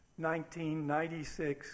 1996